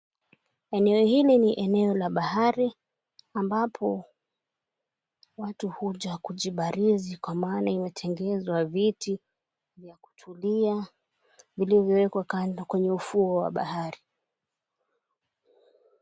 Eneo hili ni eneo la bahari ambapo watu huja kujibarizi kwa maana imetengenezwa viti vya kutulia vilivyoekwa kando kwenye ufuo wa bahari.